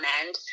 end